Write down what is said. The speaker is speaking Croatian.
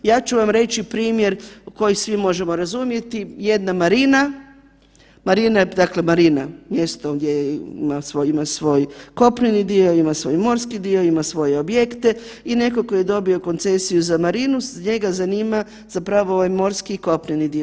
Ja ću vam reći primjer koji svi možemo razumjeti, jedna marina, marina, dakle marina mjesto gdje ima svoj kopneni dio, ima svoj morski dio, ima svoje objekte i netko tko je dobio koncesiju za marinu njega zanima zapravo ovaj morski i kopneni dio.